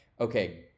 okay